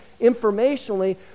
informationally